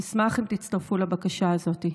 אשמח אם תצטרפו לבקשה הזאת.